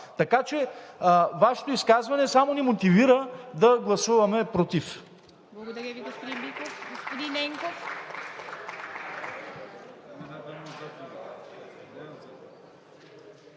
дебат. Вашето изказване само ни мотивира да гласуваме против.